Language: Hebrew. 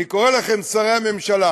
אני קורא לכם, שרי הממשלה,